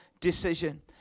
decision